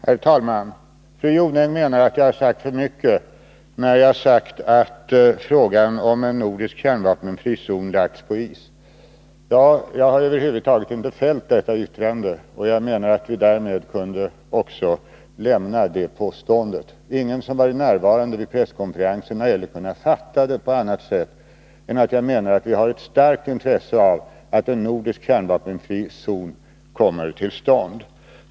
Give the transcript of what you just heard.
Herr talman! Fru Jonäng menar att jag har sagt för mycket, när jag har sagt att frågan om en nordisk kärnvapenfri zon lagts på is. Jag har över huvud taget inte fällt detta yttrande. Därmed borde vi kunna lämna det påståendet. Ingen som varit närvarande vid presskonferensen har kunnat uppfatta det som jag sade på annat sätt än att jag menar att vi har ett starkt intresse av att en nordisk kärnvapenfri zon kommer till stånd.